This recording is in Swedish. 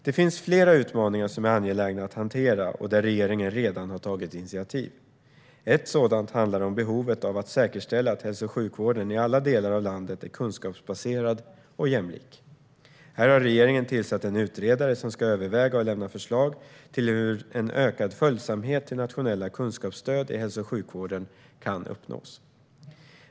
Det finns flera utmaningar som är angelägna att hantera och där regeringen redan har tagit initiativ. Ett sådant handlar om behovet av att säkerställa att hälso och sjukvården i alla delar av landet är kunskapsbaserad och jämlik. Här har regeringen tillsatt en utredare som ska överväga och lämna förslag till hur en ökad följsamhet till nationella kunskapsstöd i hälso och sjukvården kan uppnås.